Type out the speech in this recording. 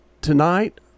tonight